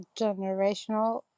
generational